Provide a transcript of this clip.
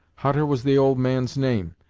hutter was the old man's name,